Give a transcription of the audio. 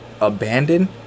abandoned